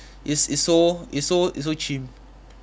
it's it's so it's so it's so chim